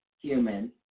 human